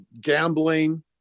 gambling